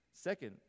Second